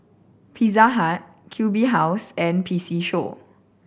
Pizza Hut Q B House and P C Show